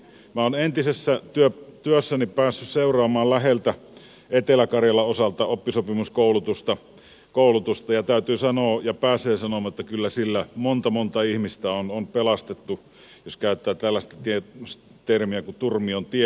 minä olen entisessä työssäni päässyt seuraamaan läheltä etelä karjalan osalta oppisopimuskoulutusta ja täytyy sanoa ja pääsee sanomaan että kyllä sillä monta monta ihmistä on pelastettu jos käyttää tällaista termiä turmion tieltä